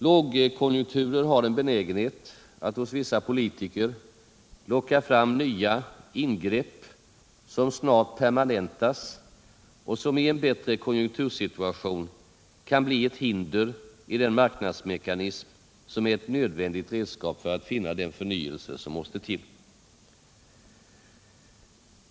Lågkonjunkturer har en benägenhet att hos vissa politiker locka fram nya ingrepp som snart permanentas och som i en bättre konjunktursituation kan bli ett hinder i den marknadsmekanism som är ett nödvändigt redskap för att finna den förnyelse som måste till.